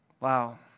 Wow